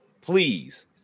please